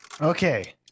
Okay